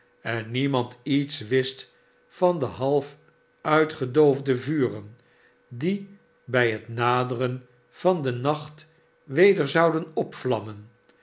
en niemand lets wist van de half uitgedoofde vuren die bij het naderen van den nacht weder zouden opvlammen